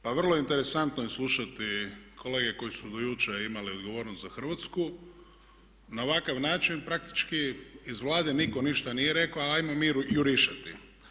Pa vrlo interesantno je slušati kolege koji su do jučer imali odgovornost za Hrvatsku na ovakav način praktički iz Vlade nitko ništa nije rekao ali ajmo mi jurišati.